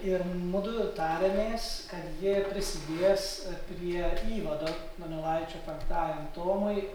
ir mudu tariamės kad jie prisidės prie įvado donelaičio penktajam tomui